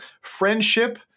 friendship